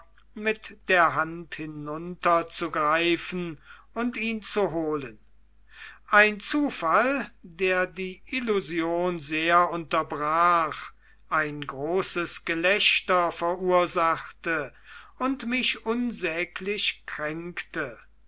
mit der hand hinunterzugreifen und ihn zu holen ein zufall der die illusion sehr unterbrach ein großes gelächter verursachte und mich unsäglich kränkte